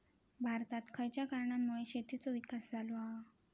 भारतात खयच्या कारणांमुळे शेतीचो विकास झालो हा?